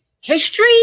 history